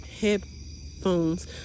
headphones